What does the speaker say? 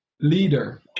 leader